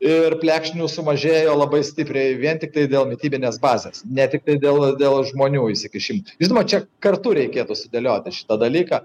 ir plekšnių sumažėjo labai stipriai vien tiktai dėl mitybinės bazės ne tiktai dėl dėl žmonių įsikišimo žinoma čia kartu reikėtų sudėlioti šitą dalyką